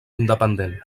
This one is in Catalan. independent